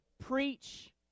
preach